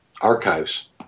archives